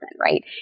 right